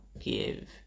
give